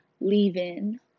leave-in